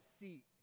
seat